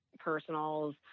personals